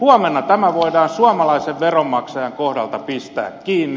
huomenna tämä voidaan suomalaisen veronmaksajan kohdalta pistää kiinni